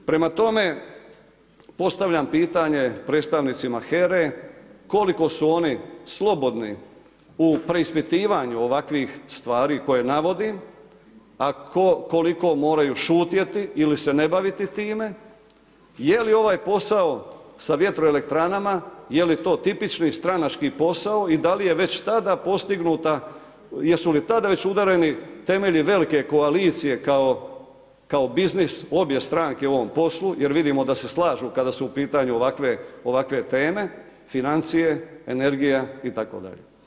Prema tome, postavljam pitanje predstavnicima HERA-e koliko su oni slobodni u preispitivanju ovakvih stvari koji navodim, a koliko moraju šutjeti ili se ne baviti time, je li ovaj posao sa vjetroelektranama, je li to tipični stranački posao i da li je već tada postignuta, jesu li tada već udareni temelji velike koalicije kao biznis obje stranke u ovom poslu, jer vidimo da se slažu kada su u pitanju ovakve teme, financije, energija itd.